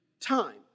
time